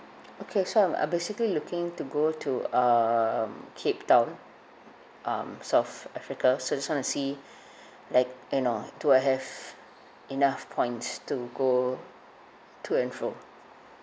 okay so I'm I'm basically looking to go to um cape town um south africa so I just wanna see like you know do I have enough points to go to and fro